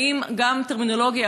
האם טרמינולוגיה,